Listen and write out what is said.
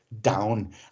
Down